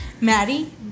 Maddie